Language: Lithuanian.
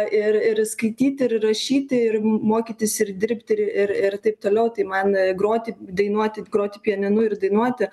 ir ir skaityti ir rašyti ir m mokytis ir dirbti ir ir taip toliau tai man groti dainuoti groti pianinu ir dainuoti